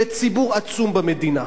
לציבור עצום במדינה.